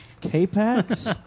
K-Pax